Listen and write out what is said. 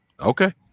Okay